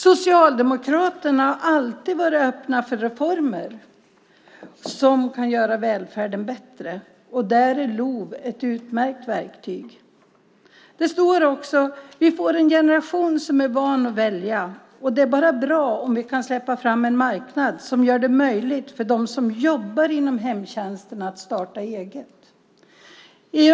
Socialdemokraterna har alltid varit öppna för reformer som kan göra välfärden bättre, och där är LOV ett utmärkt verktyg. Det sägs också att vi får en generation som är van att välja, och att det bara är bra om vi kan släppa fram en marknad som gör det möjligt för dem som jobbar inom hemtjänsten att starta eget.